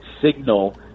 signal